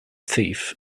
thief